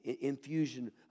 infusion